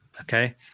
Okay